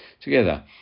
together